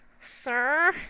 sir